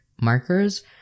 markers